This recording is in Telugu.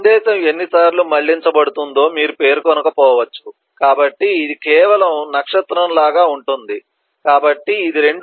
సందేశం ఎన్నిసార్లు మళ్ళించబడుతుందో మీరు పేర్కొనకపోవచ్చు కాబట్టి ఇది కేవలం నక్షత్రం లాగా ఉంటుంది కాబట్టి ఇది 2